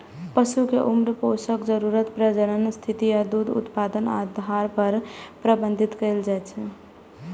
पशु कें उम्र, पोषण जरूरत, प्रजनन स्थिति आ दूध उत्पादनक आधार पर प्रबंधित कैल जाइ छै